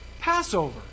Passover